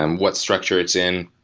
um what structure it's in.